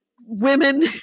women